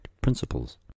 principles